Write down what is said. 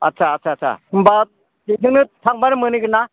आस्सा आस्सा होमबा बेजोंनो थांबानो मोनहैगोन ना